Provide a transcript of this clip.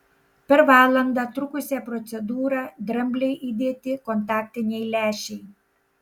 per valandą trukusią procedūrą dramblei įdėti kontaktiniai lęšiai